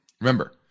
remember